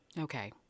Okay